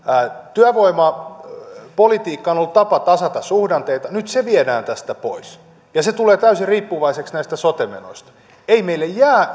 työvoimapolitiikka on ollut tapa tasata suhdanteita nyt se viedään tästä pois ja se tulee täysin riippuvaiseksi näistä sote menoista ei meille jää